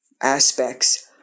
aspects